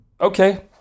Okay